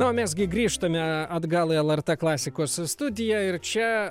o mes gi grįžtame atgal į lrt klasikos studiją ir čia